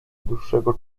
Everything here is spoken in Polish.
dłuższego